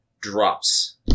drops